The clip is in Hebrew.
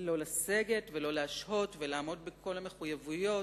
לא לסגת ולא להשהות ולעמוד בכל המחויבויות.